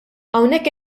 hawnhekk